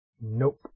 Nope